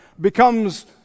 becomes